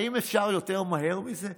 האם אפשר יותר מהר מזה?